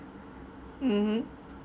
mm mm